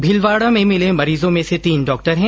भीलवाडा में मिले मरीजों में से तीन डॉक्टर है